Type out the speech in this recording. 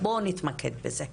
בואו נתמקד בזה.